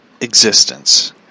existence